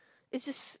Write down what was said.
is just